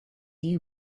you